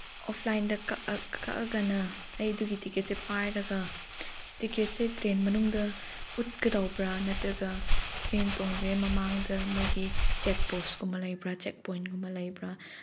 ꯑꯣꯐꯂꯥꯏꯟꯗ ꯀꯛꯑꯒꯅ ꯑꯩ ꯑꯗꯨꯒꯤ ꯇꯤꯀꯦꯠꯁꯦ ꯄꯥꯏꯔꯒ ꯇꯤꯀꯦꯠꯁꯦ ꯇ꯭ꯔꯦꯟ ꯃꯅꯨꯡꯗ ꯎꯠꯀꯗꯕ꯭ꯔ ꯅꯠꯇ꯭ꯔꯒ ꯇ꯭ꯔꯦꯟ ꯇꯣꯡꯗ꯭ꯔꯤꯉꯩ ꯃꯃꯥꯡꯗ ꯃꯣꯏꯒꯤ ꯆꯦꯛ ꯄꯣꯁꯀꯨꯝꯕ ꯂꯩꯕ꯭ꯔ ꯆꯦꯛ ꯄꯣꯏꯟꯒꯨꯝꯕ ꯂꯩꯕ꯭ꯔ